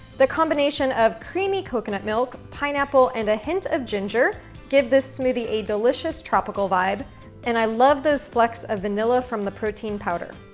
the combination of creamy coconut milk, pineapple, and a hint of ginger give this smoothie a delicious tropical vibe and i love those flecks of vanilla from the protein powder.